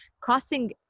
crossing